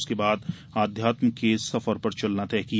उसके बाद आध्यात्म के सफर पर चलना तय किया